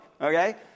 okay